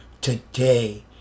today